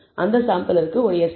அந்த சாம்பிளிற்கு ஒரு SME எம்